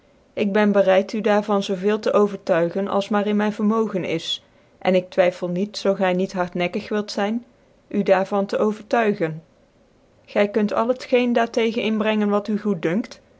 ik ben bereid u daar van zoo veel tc overtuigen als maar in myn vermogen is en ik twyffcl niet zoo gy niet hartnekkig wilt zyn u daar van te overtuigen gy kunt al het geen daar tegens inbrengen wat u